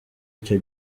icyo